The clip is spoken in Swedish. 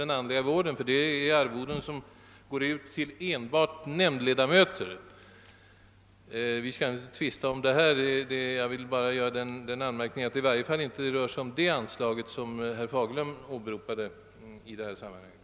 Det kan möjligen vara det anslag som rör fritidsverksamheten på anstalterna eller någonting sådant. Men vi skall väl inte tvista om detta just nu.